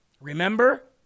Remember